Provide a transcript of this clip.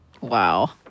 Wow